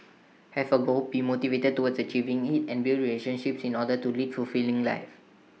have A goal be motivated towards achieving IT and build relationships in order to lead fulfilling lives